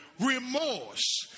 remorse